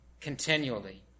continually